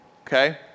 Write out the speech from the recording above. okay